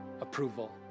approval